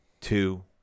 two